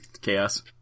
Chaos